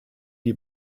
die